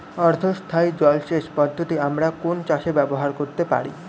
অর্ধ স্থায়ী জলসেচ পদ্ধতি আমরা কোন চাষে ব্যবহার করতে পারি?